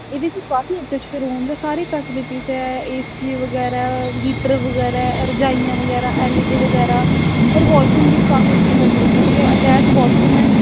एह्दै च काफी अच्छे अच्छे रूम न सारी फैसलीटीस न ए सी बगैरा हीटर बगैरा रज़ाइयां बगैरा ऐल्ल ई डी बगैरा होर बाशरूम बी अच्छी फैसलीटी दी ऐ अटैच बाशरूम ऐ